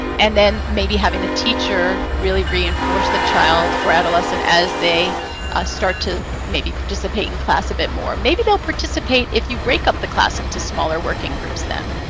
and then maybe having the teacher really reinforce the child or adolescent as they start to maybe participate in class a bit more. maybe they'll participate if you break up the class into smaller working groups then,